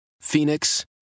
Phoenix